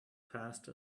passed